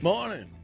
Morning